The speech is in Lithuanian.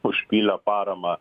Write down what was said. užpylę parama